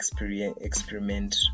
experiment